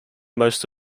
most